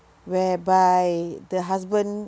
whereby the husband